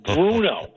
Bruno